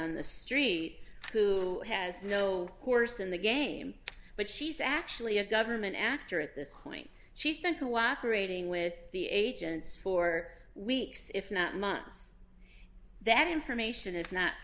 on the street who has no horse in the game but she's actually a government actor at this point she's going to walk rating with the agents for weeks if not months that information is not